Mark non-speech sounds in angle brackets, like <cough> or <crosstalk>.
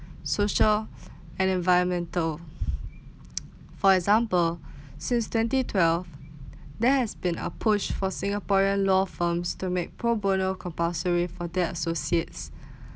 <breath> social <breath> and environmental <noise> for example <breath> since twenty twelve there has been approached for singaporean law from systemic pro bono compulsory for that associates <breath>